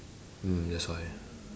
mm that's why